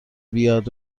بیاد